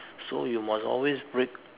so you must always break